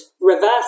reverse